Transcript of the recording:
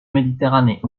méditerranée